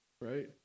right